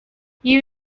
you